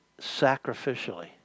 sacrificially